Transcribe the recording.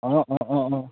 অঁ অঁ অঁ অঁ